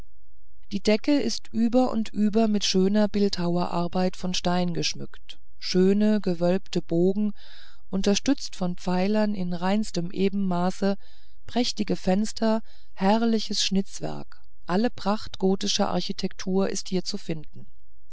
die decke ist über und über mit schöner bildhauerarbeit von stein geschmückt schöne gewölbte bogen unterstützt von pfeilern im reinsten ebenmaße prächtige fenster herrliches schnitzwerk alle pracht gotischer architektur ist hier zu finden